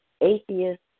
atheist